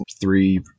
three